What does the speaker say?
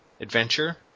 adventure